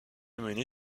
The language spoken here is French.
menée